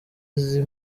izi